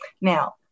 Now